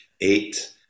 eight